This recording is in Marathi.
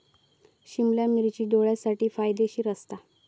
सिमला मिर्ची डोळ्यांसाठी फायदेशीर असता